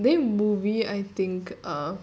ya then movie I think uh